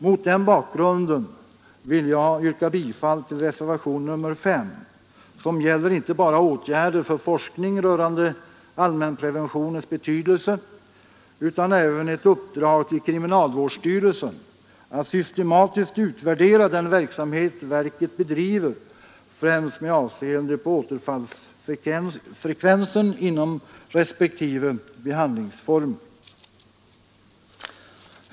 Mot den bakgrunden vill jag yrka bifall till reservationen 5, som gäller inte bara åtgärder för forskning rörande allmänpreventionens betydelse utan även ett uppdrag till kriminalvårdsstyrelsen att systematiskt utvärdera den verksamhet verket bedriver, främst med avseende på återfallsfrekvensen inom respektive behandlingsformer.